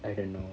I don't know